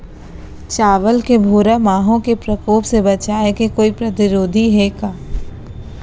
चांवल के भूरा माहो के प्रकोप से बचाये के कोई प्रतिरोधी हे का?